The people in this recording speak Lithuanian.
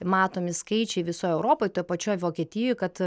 matomi skaičiai visoj europoj pačioj vokietijoj kad